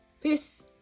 Peace